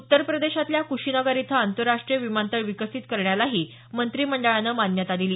उत्तर प्रदेशातल्या कुशीनगर इथं आंतरराष्ट्रीय विमानतळ विकसित करण्यालाही केंद्रीय मंत्रिमंडळानं मान्यता दिली